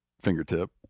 fingertip